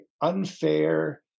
unfair